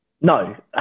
No